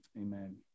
amen